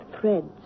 threads